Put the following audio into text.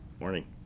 Morning